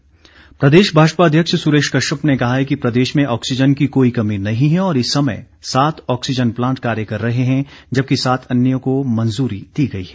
सुरेश कश्यप प्रदेश भाजपा अध्यक्ष सुरेश कश्यप ने कहा है कि प्रदेश में ऑक्सीजन की कोई कमी नहीं है और इस समय सात ऑक्सीजन प्लांट कार्य कर रहे हैं जबकि सात अन्यों को मंजूरी दी गई है